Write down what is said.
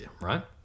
right